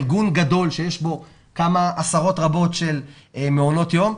ארגון גדול שיש בו כמה עשרות רבות של מעונות יום,